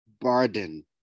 burden